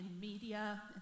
media